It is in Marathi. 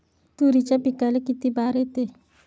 तुरीच्या पिकाले किती बार येते?